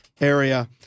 area